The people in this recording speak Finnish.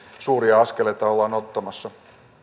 suuria askeleita ollaan ottamassa